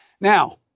Now